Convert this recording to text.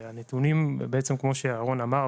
בעצם כמו שירון אמר,